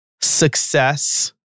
success